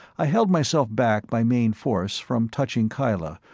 i held myself back by main force from touching kyla,